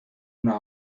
una